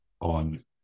on